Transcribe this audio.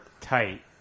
tight